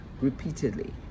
repeatedly